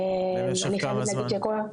למשך כמה זמן?